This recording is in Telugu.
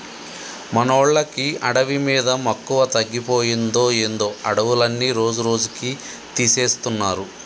మనోళ్ళకి అడవి మీద మక్కువ తగ్గిపోయిందో ఏందో అడవులన్నీ రోజురోజుకీ తీసేస్తున్నారు